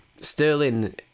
Sterling